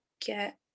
get